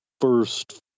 first